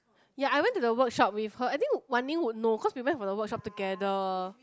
ya I went to the workshop with her I think Wan-Ning would know because we went for the workshop together